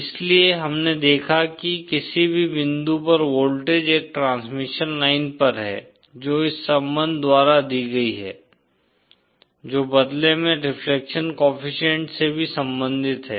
इसलिए हमने देखा कि किसी भी बिंदु पर वोल्टेज एक ट्रांसमिशन लाइन पर है जो इस संबंध द्वारा दी गई है जो बदले में रिफ्लेक्शन कोएफ़िशिएंट से भी संबंधित है